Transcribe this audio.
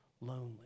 lonely